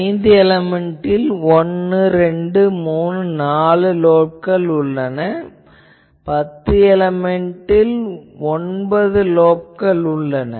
ஐந்து எலேமென்ட்டில் 1 2 3 4 லோப்கள் உள்ளன பத்து எலேமென்ட்டில் 1 2 3 4 5 6 7 8 9 லோப்கள் உள்ளன